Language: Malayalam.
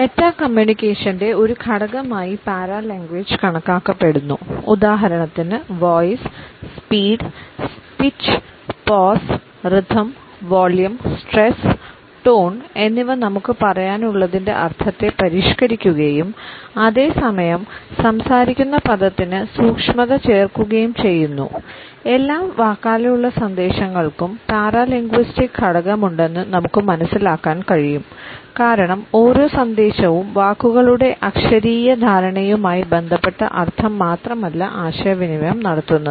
മെറ്റാ കമ്മ്യൂണിക്കേഷന്റെ ഘടകമുണ്ടെന്ന് നമുക്ക് മനസിലാക്കാൻ കഴിയും കാരണം ഓരോ സന്ദേശവും വാക്കുകളുടെ അക്ഷരീയ ധാരണയുമായി ബന്ധപ്പെട്ട അർത്ഥം മാത്രമല്ല ആശയവിനിമയം നടത്തുന്നത്